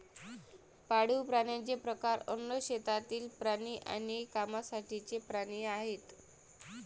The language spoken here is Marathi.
पाळीव प्राण्यांचे प्रकार अन्न, शेतातील प्राणी आणि कामासाठीचे प्राणी आहेत